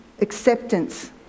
acceptance